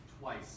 twice